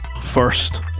first